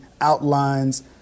outlines